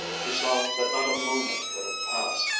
she saw that not a moment could have passed,